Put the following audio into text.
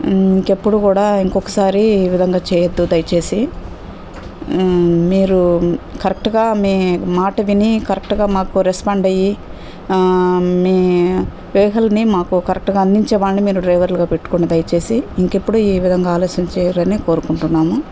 ఇంకెప్పుడు కూడా ఇంకొక్కసారి ఈ విధంగా చేయవద్దు దయచేసి మీరు కరెక్ట్గా మీ మాట విని కరెక్ట్గా మాకు రెస్పాండ్ అయ్యి మీ వెహికల్ని మాకు కరెక్ట్గా అందించే వాళ్ళని మీరు డ్రైవర్లుగా పెట్టుకోండి దయచేసి ఇంకెప్పుడూ ఈ విధంగా ఆలస్యం చెయ్యరని కోరుకుంటున్నాము